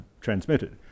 transmitted